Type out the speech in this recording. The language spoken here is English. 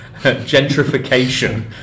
gentrification